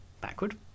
backward